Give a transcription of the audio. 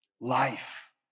life